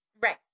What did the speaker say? Right